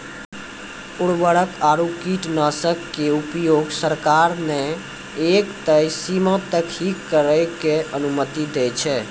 उर्वरक आरो कीटनाशक के उपयोग सरकार न एक तय सीमा तक हीं करै के अनुमति दै छै